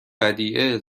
ودیعه